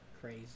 Crazy